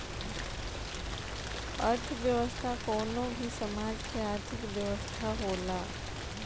अर्थव्यवस्था कवनो भी समाज के आर्थिक व्यवस्था होला